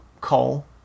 call